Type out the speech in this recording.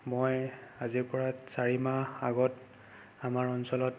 মই আজিৰপৰা চাৰিমাহ আগত আমাৰ অঞ্চলত